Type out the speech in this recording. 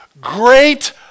Great